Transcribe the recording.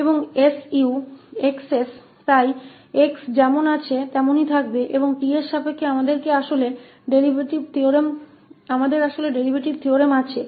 और 𝑠𝑈𝑥 𝑠 इसलिए x जैसा है वैसा ही रहेगा और t के संबंध में हमारे पास वास्तव में डेरीवेटिव थ्योरम है